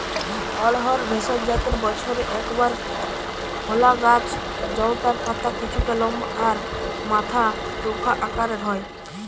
অড়হর ভেষজ জাতের বছরে একবার ফলা গাছ জউটার পাতা কিছুটা লম্বা আর মাথা চোখা আকারের হয়